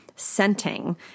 Scenting